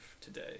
today